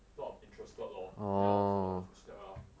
sort of interested lor so then 我 follow 他的 footstep lor